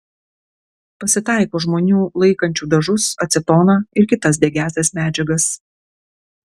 pasitaiko žmonių laikančių dažus acetoną ir kitas degiąsias medžiagas